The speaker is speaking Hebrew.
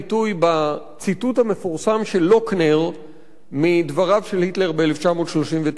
בציטוט המפורסם של לוכנר מדבריו של היטלר ב-1939.